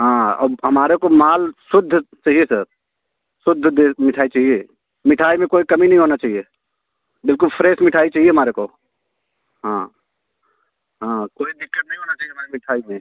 हाँ और हमारे को माल शुद्ध चहिए सर शुद्ध मिठाई चाहिए मिठाई में कोई कमी नहीं होना चाहिए बिल्कुल फ्रेस मिठाई चाहिए हमारे को हाँ हाँ कोई दिक्कत नहीं होना चाहिए हमारी मिठाई में